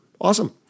awesome